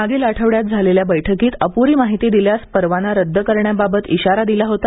मागील आठवड्यात झालेल्या बैठकीत अप्री माहिती दिल्यास परवाना रद्द करण्याबाबत इशारा दिला होता